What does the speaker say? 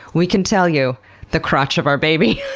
we can tell you the crotch of our baby.